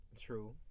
True